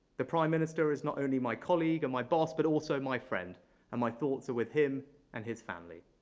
the prime minister is not only my colleague and my boss, but also my friend and my thoughts are with him and his family.